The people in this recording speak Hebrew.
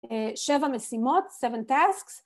שבע משימות - seven tasks